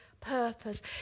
purpose